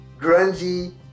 grungy